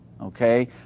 okay